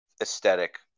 aesthetic